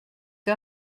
que